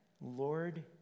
Lord